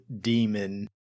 demon